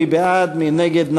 מי בעד, מי נגד?